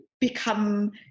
become